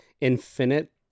Infinite